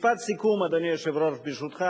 משפט סיכום, אדוני היושב-ראש, ברשותך.